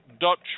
Dutch